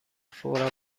فورا